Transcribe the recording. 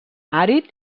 àrid